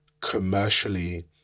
commercially